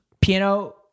piano